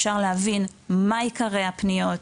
אפשר להבין מה עיקרי הפניות,